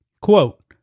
Quote